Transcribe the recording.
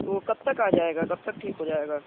تو کب تک آ جائے گا کب تک ٹھیک ہو جائے گا